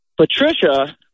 Patricia